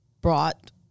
brought